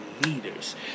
leaders